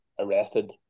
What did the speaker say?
arrested